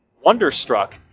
wonderstruck